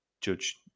Judge